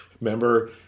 Remember